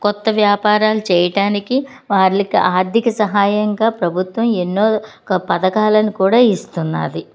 క్రొత్త వ్యాపారాలు చేయటానికి వాళ్ళకి ఆర్థిక సహాయంగా ప్రభుత్వం ఎన్నో క పథకాలను కూడా ఇస్తున్నది